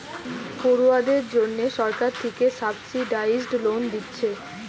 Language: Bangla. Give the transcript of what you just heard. পড়ুয়াদের জন্যে সরকার থিকে সাবসিডাইস্ড লোন দিচ্ছে